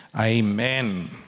amen